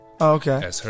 Okay